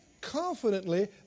confidently